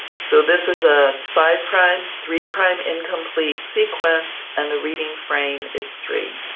so this is a five-prime, three-prime incomplete sequence and the reading frame is three.